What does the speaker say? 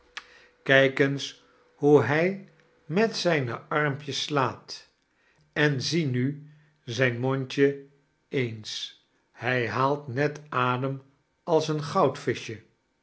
kijk eens hoe hij met zijne armpjes slaat i en zde nu zijn mondje eens hij haalt net adem als een